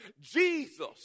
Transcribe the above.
Jesus